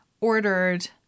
ordered